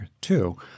two